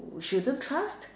we shouldn't trust